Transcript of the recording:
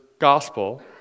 gospel